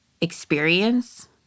experience